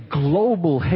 global